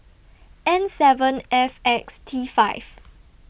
N seven F X T five